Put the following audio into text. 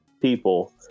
people